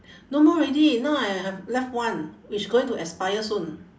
no more already now I have left one which going to expire soon